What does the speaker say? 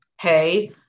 hey